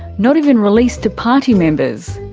not even released to party members.